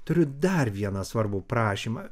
turiu dar vieną svarbų prašymą